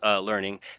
learning